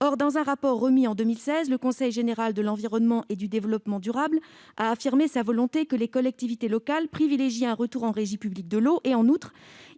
Or, dans un rapport remis en 2016, le Conseil général de l'environnement et du développement durable (CGEDD) a affirmé sa volonté que les collectivités locales privilégient un retour en régie publique de l'eau. En outre,